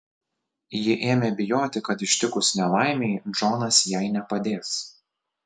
ji ėmė bijoti kad ištikus nelaimei džonas jai nepadės